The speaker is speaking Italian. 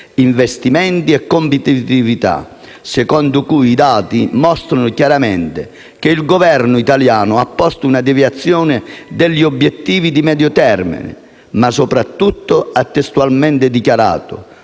investimenti e competitività, secondo cui i dati mostrano chiaramente che il Governo italiano ha posto una deviazione dagli obiettivi di medio termine. Soprattutto, ha testualmente dichiarato: